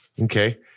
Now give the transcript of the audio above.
Okay